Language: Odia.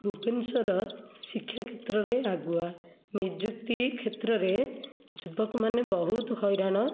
ଭୁବନେଶ୍ୱର ଶିକ୍ଷା କ୍ଷେତ୍ରରେ ଆଗୁଆ ନିଯୁକ୍ତି କ୍ଷେତ୍ରରେ ଯୁବକମାନେ ବହୁତ ହଇରାଣ